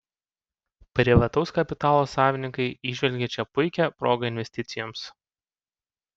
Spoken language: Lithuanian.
privataus kapitalo savininkai įžvelgia čia puikią progą investicijoms